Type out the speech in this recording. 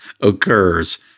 occurs